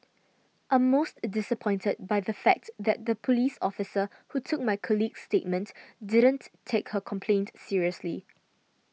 I'm most disappointed by the fact that the police officer who took my colleague's statement didn't take her complaint seriously